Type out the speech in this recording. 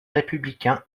républicain